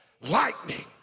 lightning